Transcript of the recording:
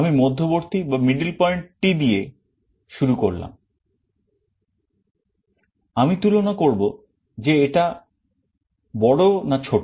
আমি মধ্যবর্তী টি দিয়ে শুরু করলাম আমি তুলনা করবো যে এটা বড় না ছোট